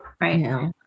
Right